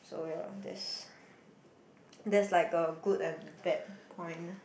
so ya that's that's like a good and bad point lah